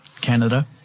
Canada